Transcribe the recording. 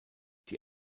die